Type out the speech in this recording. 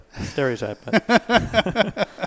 stereotype